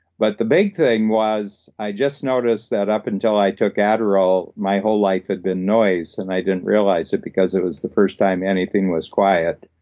but the big thing was i just noticed that up until i took adderall, my whole life had been noise and i didn't realize it because it was the first time anything was quiet,